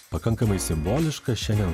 pakankamai simboliška šiandien